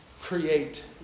create